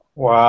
Wow